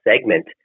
segment